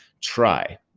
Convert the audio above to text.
try